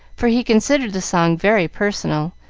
for he considered the song very personal,